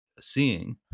seeing